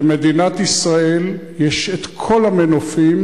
למדינת ישראל יש כל המנופים,